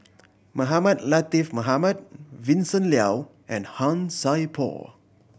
Mohamed Latiff Mohamed Vincent Leow and Han Sai Por